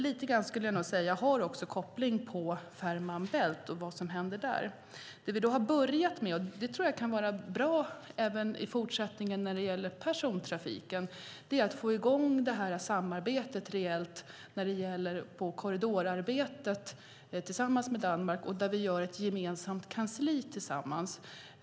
Lite grann har det också en koppling till vad som händer när det gäller Fehmarn bält. Vi har börjat få i gång samarbetet med Danmark rörande korridorarbetet, och det tror jag kan vara bra även i fortsättningen när det gäller persontrafiken. Där skapar vi ett gemensamt kansli.